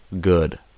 good